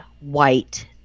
white